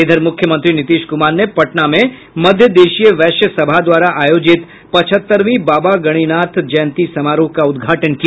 इधर मुख्यमंत्री नीतीश कुमार ने पटना में मध्य देशीय वैश्य सभा द्वारा आयोजित पचहत्तरवीं बाबा गणिनाथ जयंती समारोह का उद्घाटन किया